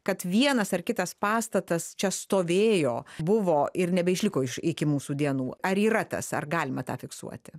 kad vienas ar kitas pastatas čia stovėjo buvo ir nebeišliko iš iki mūsų dienų ar yra tas ar galima tą fiksuoti